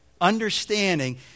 Understanding